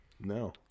No